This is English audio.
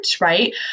right